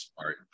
smart